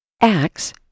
Acts